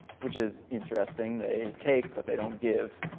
which is interesting. they take but they don't give.